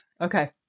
Okay